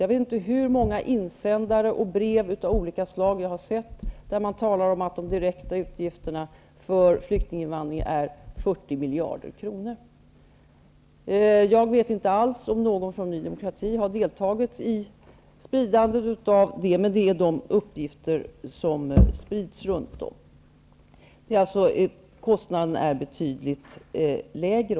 Jag vet inte hur många insändare och brev som jag har sett i vilka omtalas att de direkta utgifterna för flyktinginvandringen är 40 miljarder kronor. Jag vet inte alls om någon från Ny demokrati har deltagit i spridandet av dessa uppgifter. Det är emellertid den typen av uppgifter som sprids runt om i landet. Kostnaderna är betydligt lägre.